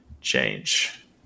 change